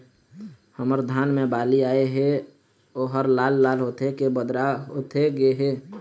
हमर धान मे बाली आए हे ओहर लाल लाल होथे के बदरा होथे गे हे?